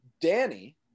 Danny